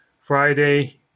Friday